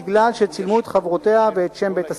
כי צילמו את חברותיה ואת שם בית-הספר.